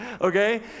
okay